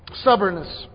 stubbornness